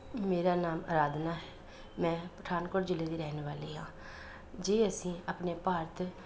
ਮੇਰਾ ਨਾਮ ਅਰਾਧਨਾ ਹੈ ਮੈਂ ਪਠਾਨਕੋਟ ਜ਼ਿਲ੍ਹੇ ਦੀ ਰਹਿਣ ਵਾਲੀ ਹਾਂ ਜੇ ਅਸੀਂ ਆਪਣੇ ਭਾਰਤ